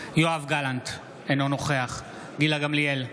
יואב גלנט, אינו נוכח גילה גמליאל,